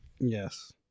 yes